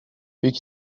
pick